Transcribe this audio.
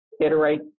iterate